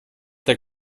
der